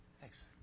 Thanks